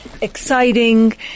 exciting